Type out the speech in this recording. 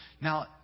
now